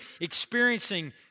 experiencing